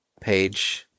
page